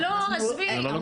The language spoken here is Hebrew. אנחנו --- לא,